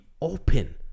open